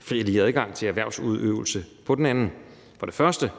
fri og lige adgang til erhvervsudøvelse på den anden. For det første